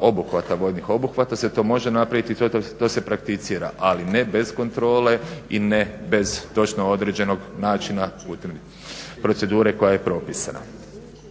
obuhvata, vojnih obuhvata se to može napraviti i to se prakticira ali ne bez kontrole i ne bez točno određenog načina … /Govornik se ne razumije./… procedure koja je propisana.